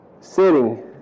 Sitting